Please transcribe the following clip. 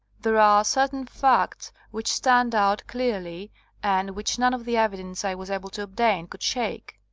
there are certain facts which stand out clearly and which none of the evidence i was able to obtain could shake.